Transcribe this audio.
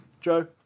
Joe